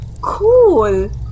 cool